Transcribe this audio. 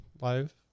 live